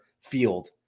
field